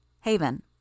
Haven